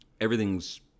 Everything's